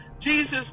Jesus